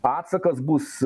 atsakas bus